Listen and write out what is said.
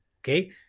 Okay